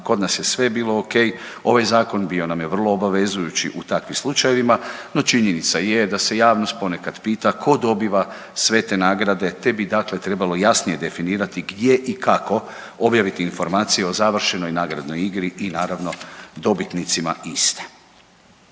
kod nas je sve bilo ok, ovaj zakon bio nam je vrlo obavezujući u takvim slučajevima, no činjenica je da se javnost ponekad pita ko dobiva sve te nagrade te bi dakle trebalo jasnije definirati gdje i kako objaviti informacije o završenoj nagradnoj igri i naravno dobitnicima iste.